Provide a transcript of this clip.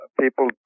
people